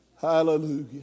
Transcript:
Hallelujah